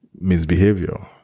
misbehavior